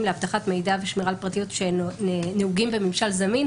לאבטחת מידע ושמירה על פרטיות הנהוגים בממשל זמין",